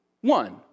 one